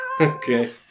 Okay